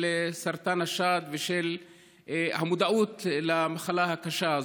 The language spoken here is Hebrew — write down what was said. סרטן השד ושל המודעות למחלה הקשה הזאת.